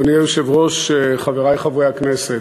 אדוני היושב-ראש, חברי חברי הכנסת,